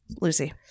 Lucy